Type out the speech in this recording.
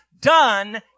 done